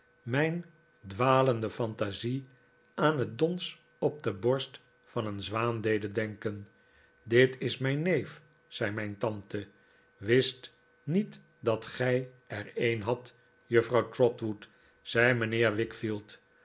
mijn dwalende fantasie aan het dons op de borst van een zwaan deden denken dit is mijn neef zei mijn tante wist niet dat gij er een hadt juffrouw trotwood zei mijnheer